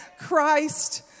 Christ